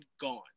gone